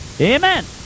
Amen